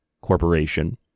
corporation